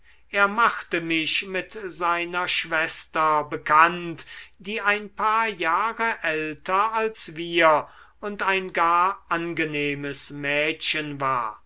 er machte mich mit seiner schwester bekannt die ein paar jahre älter als wir und ein gar angenehmes mädchen war